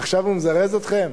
עכשיו הוא מזרז אתכם?